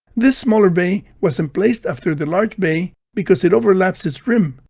this smaller bay was emplaced after the large bay because it overlaps its rim,